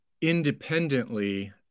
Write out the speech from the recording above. independently